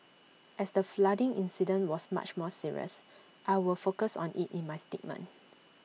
as the flooding incident was much more serious I will focus on IT in my statement